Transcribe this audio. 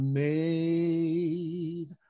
made